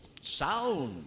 Sound